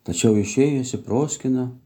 tačiau išėjus į proskyną